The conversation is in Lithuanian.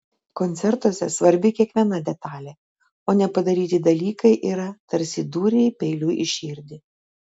koncertuose svarbi kiekviena detalė o nepadaryti dalykai yra tarsi dūriai peiliu į širdį